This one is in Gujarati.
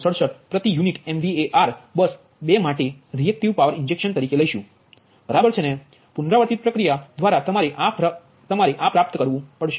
0067 પ્રતિ યુનિટ MVAr બસ 2 માટે રીઍક્ટીવ પાવર ઇન્જેક્શન તરીકે લઈશું બરાબર છે પુનરાવર્તિત પ્રક્રિયા ધ્વારા તમારે આ પ્રાપ્ત કરવું પડશે